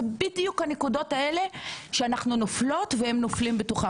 זה בדיוק הנקודות האלה שאנחנו נופלות והם נופלים בתוכה,